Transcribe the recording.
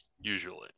usually